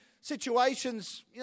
situations